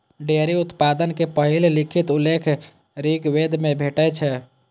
dairy उत्पादक पहिल लिखित उल्लेख ऋग्वेद मे भेटै छै